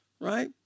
Right